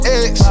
ex